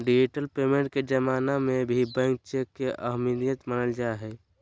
digital payment के जमाना में भी बैंक चेक के अहमियत बनल हइ